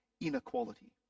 inequality